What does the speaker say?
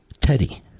Teddy